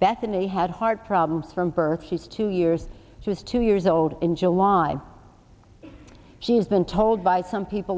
bethany had heart problems from birth she's two years she was two years old in july she's been told by some people